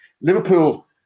Liverpool